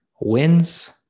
wins